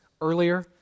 earlier